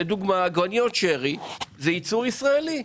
לדוגמה, עגבניות שרי זה ייצור ישראלי.